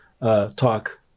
Talk